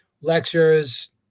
lectures